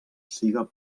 siga